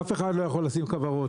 אף אחד לא יכול לשים כוורות.